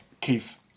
keith